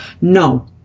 No